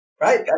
Right